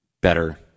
better